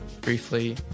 briefly